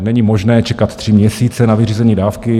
Není možné čekat tři měsíce na vyřízení dávky.